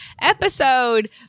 episode